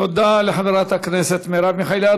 תודה לחברת הכנסת מרב מיכאלי.